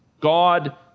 God